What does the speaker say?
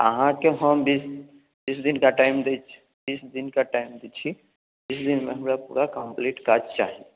अहाँके हम बीस बीस दिनका टाइम दैत छी बीस दिनका टाइम दैत छी बीस दिनमे हमरा पूरा कम्प्लीट काज चाही